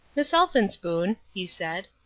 miss elphinspoon, he said,